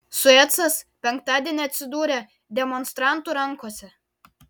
suecas penktadienį atsidūrė demonstrantų rankose